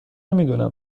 میدونم